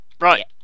Right